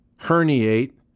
herniate